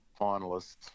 finalists